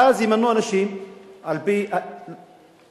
ואז ימנו אנשים על-פי הכיפה,